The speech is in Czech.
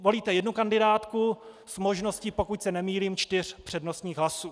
Volíte jednu kandidátku s možností, pokud se nemýlím, čtyř přednostních hlasů.